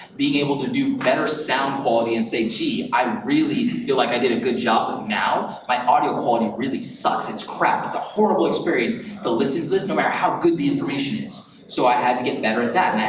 being able to do better sound quality and say, gee, i really feel like i did a good job, and now. my audio quality really sucks, it's crap, it's a horrible experience to listen to this, no matter how good the information is, so i had to get better at that,